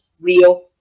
real